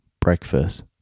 breakfast